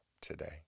today